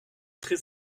très